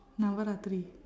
navarathiri